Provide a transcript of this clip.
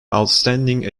outstanding